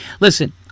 listen